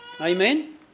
Amen